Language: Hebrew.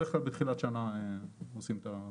בדרך כלל בתחילת שנה עושים את החידוש.